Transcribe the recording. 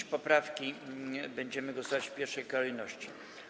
Nad poprawkami będziemy głosować w pierwszej kolejności.